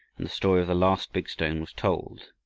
and the story of the last big stone was told.